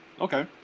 Okay